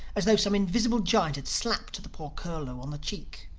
as though some in-visible giant had slapped the poor curlew on the cheek.